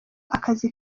akazi